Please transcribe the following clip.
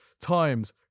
times